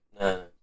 No